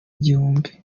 igihumbi